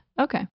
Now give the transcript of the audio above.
Okay